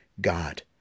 God